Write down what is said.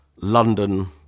London